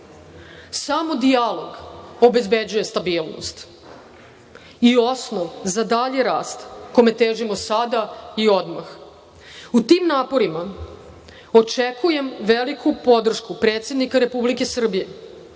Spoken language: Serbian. Samo dijalog obezbeđuje stabilnost i osnov za dalji rast, kome težimo sada i odmah. U tim naporima očekujem veliku podršku predsednika Republike Srbije,